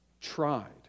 tried